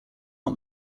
not